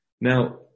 Now